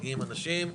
מגיעים אנשים,